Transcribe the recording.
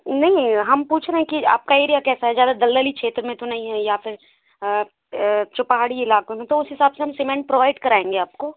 नहीं नहीं हम तो पूछ रहे हैं कि आपका एरिया कैसा है ज़्यादा दलदली क्षेत्र में तो नहीं है या फिर जो पहाड़ी इलाकों में तो उस हिसाब से हम सीमेंट प्रोवाइड कराएंगे आपको